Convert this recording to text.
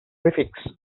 prefixes